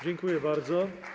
Dziękuję bardzo.